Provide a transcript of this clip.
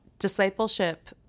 discipleship